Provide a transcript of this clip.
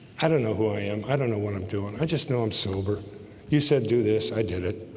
i don't know who i am. i don't know what i'm doing. i just know i'm sober you said do this i did it